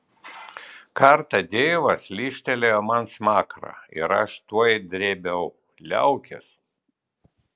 kartą deivas lyžtelėjo man smakrą ir aš tuoj drėbiau liaukis